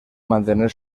mantener